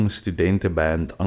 studentenband